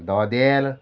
दोदेल